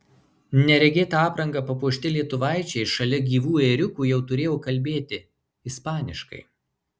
neregėta apranga papuošti lietuvaičiai šalia gyvų ėriukų jau turėjo kalbėti ispaniškai